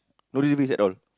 no reservist at all